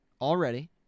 Already